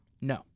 No